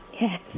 Yes